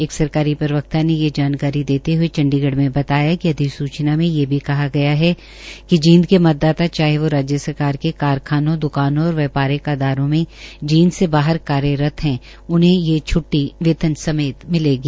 एक सकरारी प्रवक्ता ने ये जानकारी देते हये चंडीगढ़ में बताया कि अधिसूचना में ये भी कहा गया है कि जींद के मतदाता चाहे वो राज्य सरकार के कारखानों दुकानों और व्यापरिक अदारों में जींद से बाहर कार्यरत है उन्हें ये छ्ट्टी वेतन समेत मिलेगी